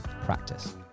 practice